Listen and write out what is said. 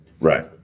Right